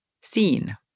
seen